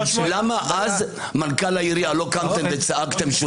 למה אז לא קמתם וצעקתם?